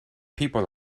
people